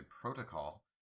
protocol